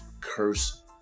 curse